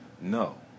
No